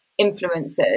influencers